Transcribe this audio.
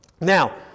Now